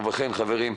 ובכן חברים,